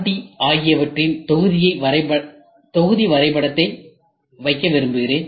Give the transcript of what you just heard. RD ஆகியவற்றின் தொகுதி வரைபடத்தை வைக்க விரும்புகிறேன்